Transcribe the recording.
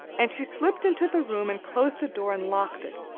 and she slipped into the room and closed the door and locked it,